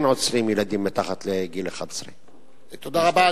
שכן עוצרים ילדים מתחת לגיל 11. תודה רבה.